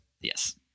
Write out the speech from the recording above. Yes